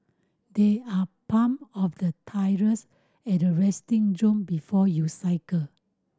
there are pump of the tyres at the resting zone before you cycle